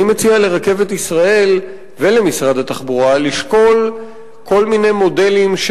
אני מציע לרכבת ישראל ולמשרד התחבורה לשקול כל מיני מודלים,